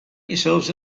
yourselves